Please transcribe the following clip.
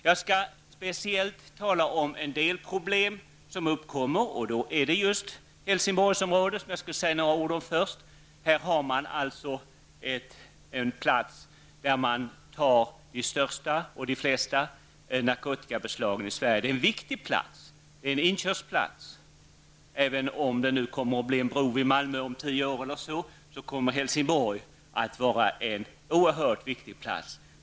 Jag skall speciellt tala om en del problem som uppkommer, och då skall jag först säga några ord om Helsingborgsområdet. Det är den ort där man gör de största och de flesta narkotikabeslagen i Sverige. Det är en viktig inkörsport. Även om det kommer att bli en bro vid Malmö om cirka tio år, kommer Helsingborg att vara en oerhört viktig plats.